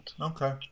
Okay